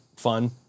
fun